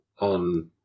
on